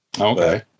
okay